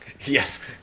Yes